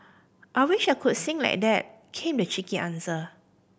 I wish I could sing like that came the cheeky answer